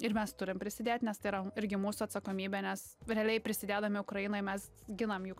ir mes turim prisidėt nes tai yra irgi mūsų atsakomybė nes realiai prisidėdami ukrainoj mes ginam juk